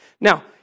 now